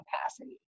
capacity